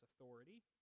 authority